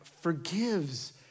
forgives